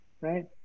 right